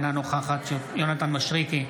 אינה נוכחת יונתן מישרקי,